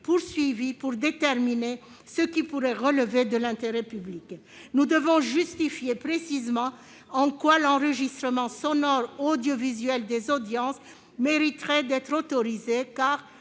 visé pour déterminer ce qui pourrait relever de l'intérêt public. Nous devons justifier précisément en quoi l'enregistrement sonore audiovisuel des audiences mériterait d'être autorisé,